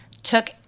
took